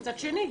מצד שני,